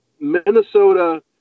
Minnesota